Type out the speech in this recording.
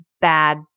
bad